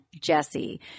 Jesse